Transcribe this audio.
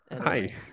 Hi